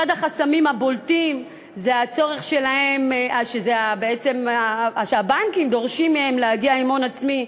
אחד החסמים הבולטים הוא הדרישה של הבנקים מהם להגיע עם הון עצמי,